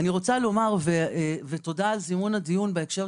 תודה על זימון הדיון,